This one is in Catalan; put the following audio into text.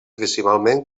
principalment